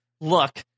look